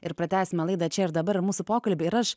ir pratęsime laidą čia ir dabar mūsų pokalbį ir aš